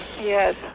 Yes